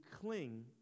cling